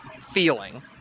feeling